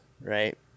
right